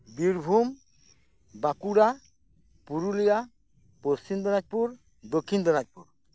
Birbhum Bankura Purulia Paschim Dinajpur Dakshin ᱫᱤᱱᱟᱡᱽ ᱯᱩᱨ